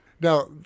now